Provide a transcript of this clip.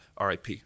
RIP